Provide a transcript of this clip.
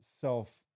self